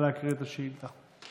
נא להקריא את השאילתה.